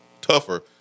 tougher